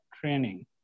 training